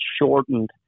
shortened